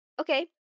Okay